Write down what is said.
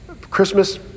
Christmas